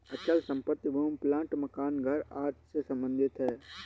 अचल संपत्ति भूमि प्लाट मकान घर आदि से सम्बंधित है